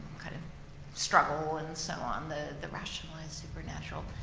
kind of struggle and so on the the rationalized supernatural.